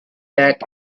back